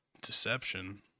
deception